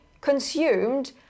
consumed